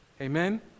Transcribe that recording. Amen